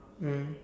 mm